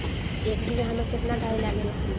एक बिगहा में केतना डाई लागेला?